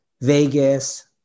Vegas